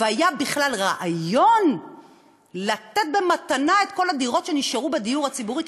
והיה בכלל רעיון לתת במתנה את כל הדירות שנשארו בדיור הציבורי,